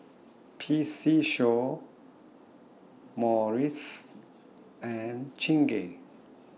P C Show Morries and Chingay